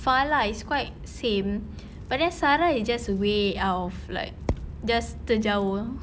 far lah it's quite same but then sarah is just way out of like just terjauh